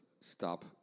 stop